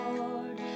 Lord